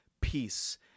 peace